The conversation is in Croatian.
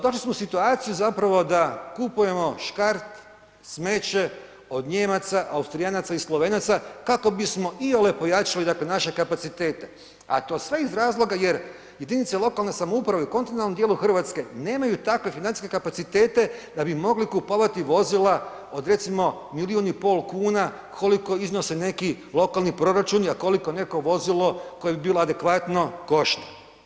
Došli smo u situaciju zapravo da kupujemo škart, smeće od Nijemaca, Austrijanaca i Slovenaca kako bismo iole pojačali dakle naše kapacitete a to sve iz razloga jer jedinice lokalne samouprave u kontinentalnom dijelu Hrvatske nemaju takve financijske kapacitete da bi mogli kupovati vozila od recimo 1,5 milijun kuna koliko iznose neki lokalni proračuni, a koliko neko vozilo koje bi bilo adekvatno košta.